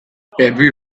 every